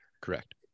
Correct